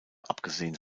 abgesehen